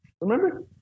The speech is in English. Remember